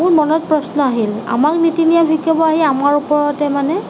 মোৰ মনত প্ৰশ্ন আহিল আমাক নীতি নিয়ম শিকাব আহি আমাৰ ওপৰতে মানে